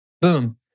Boom